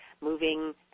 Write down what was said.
moving